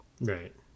right